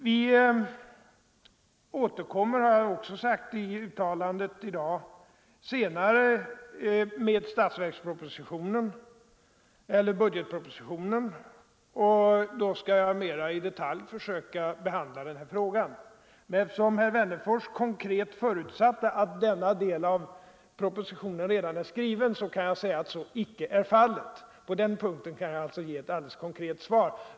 Vi återkommer, har jag också sagt i svaret, senare i budgetproposi Nr 131 tionen, och då skall jag mera i detalj försöka behandla den här frågan. Fredagen den Eftersom herr Wennerfors förutsatte att denna del av propositionen redan 29 november 1974 är skriven skall jag säga att så icke är fallet. På den punkten kan jag I alltså ge ett alldeles konkret svar.